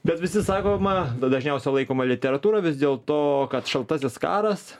bet visi sakoma dažniausiai laikoma literatūroj vis dėl to kad šaltasis karas